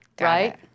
Right